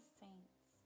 saints